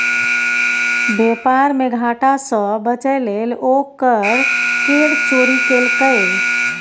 बेपार मे घाटा सँ बचय लेल ओ कर केर चोरी केलकै